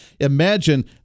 imagine